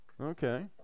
Okay